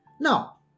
Now